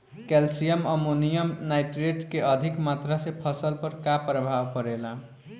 Calcium ammonium nitrate के अधिक मात्रा से फसल पर का प्रभाव परेला?